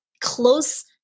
close